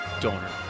donor